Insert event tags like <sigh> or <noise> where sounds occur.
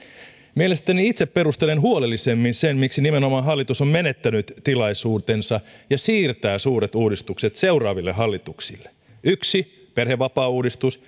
mielestäni itse perustelen huolellisemmin sen miksi nimenomaan hallitus on menettänyt tilaisuutensa ja siirtää suuret uudistukset seuraaville hallituksille yksi perhevapaauudistus <unintelligible>